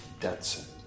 Detson